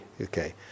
Okay